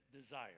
desire